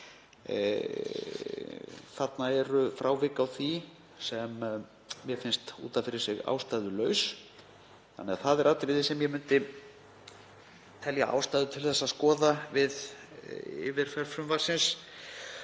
Þarna eru frávik í því sem mér finnst út af fyrir sig ástæðulaus og það er atriði sem ég myndi telja ástæðu til að skoða við yfirferð frumvarpsins.